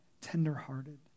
tender-hearted